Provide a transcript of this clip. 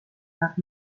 nad